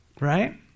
right